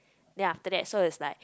then after that so it's like